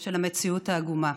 של המציאות העגומה.